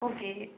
okay